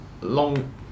long